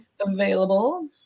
available